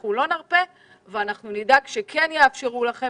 אנחנו לא נרפה ואנחנו נדאג לכך שכן יאפשרו לכם